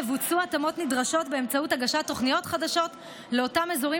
יבוצעו התאמות נדרשות באמצעות הגשת תוכניות חדשות לאותם אזורים,